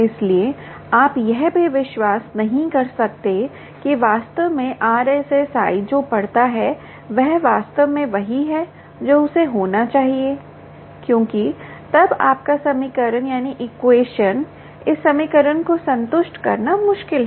इसलिए आप यह भी विश्वास नहीं कर सकते हैं कि वास्तव में आरएसएस जो पढ़ता है वह वास्तव में वही है जो उसे होना चाहिए क्योंकि तब आपका समीकरण इस समीकरण को संतुष्ट करना मुश्किल है